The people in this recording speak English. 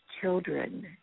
children